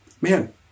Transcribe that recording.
man